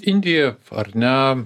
indijav ar ne